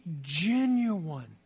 genuine